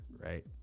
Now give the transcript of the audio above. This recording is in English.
right